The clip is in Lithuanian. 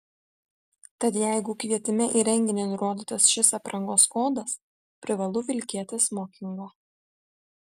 tad jeigu kvietime į renginį nurodytas šis aprangos kodas privalu vilkėti smokingą